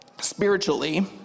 spiritually